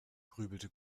grübelte